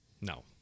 No